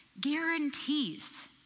guarantees